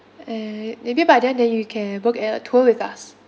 and maybe by then then you can book at a tour with us